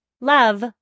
Love